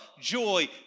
joy